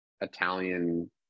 Italian